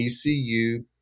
ECU